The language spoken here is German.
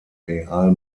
real